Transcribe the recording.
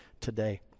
today